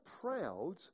proud